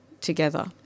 together